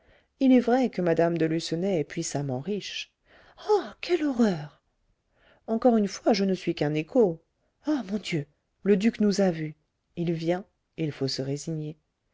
il est vrai que mme de lucenay est puissamment riche ah quelle horreur encore une fois je ne suis qu'un écho ah mon dieu le duc nous a vues il vient il faut se résigner